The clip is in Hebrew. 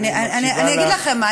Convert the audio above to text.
אגיד לכם מה,